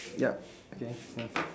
yup okay ya